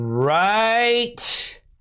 Right